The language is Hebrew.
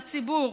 הציבור,